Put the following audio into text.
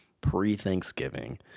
pre-Thanksgiving